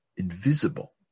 invisible